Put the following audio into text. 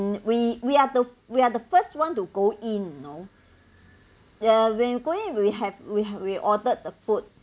we we are the we are the first one to go in you know the when we go in we have we have we ordered the food